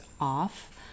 off